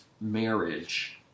Marriage